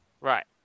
Right